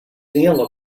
neal